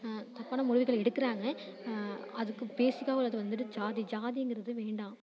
தப்பான முடிவுகள் எடுக்கிறாங்க அதுக்கு பேஸிக்காக உள்ளது வந்துட்டு ஜாதி ஜாதிங்கிறது வேண்டாம்